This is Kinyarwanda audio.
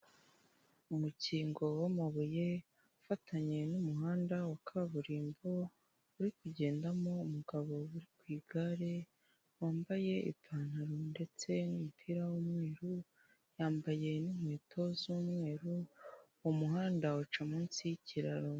Umukingo w'amabuye ufatanje n'umuhanda wa kaburimbo, uri kugendamo umugabo uri ku igare, wambaye ipantaro ndetse n'umupira w'umweru, yambaye'inkweto z'umweru, umuhanda uca munsi y'kiraro.